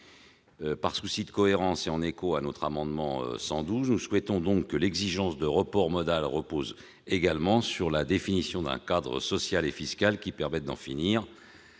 Par cohérence avec notre amendement n° 112, nous souhaitons que l'exigence de report modal repose également sur la définition d'un cadre social et fiscal qui permette d'en finir